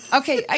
okay